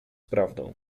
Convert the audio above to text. prawdą